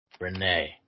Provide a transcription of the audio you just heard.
Renee